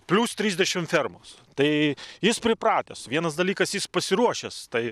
plius trisdešim fermos tai jis pripratęs vienas dalykas jis pasiruošęs tai